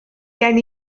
gen